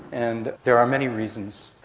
and there are many reasons.